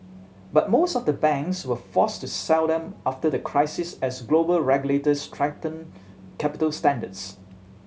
but most of the banks were forced to sell them after the crisis as global regulators tightened capital standards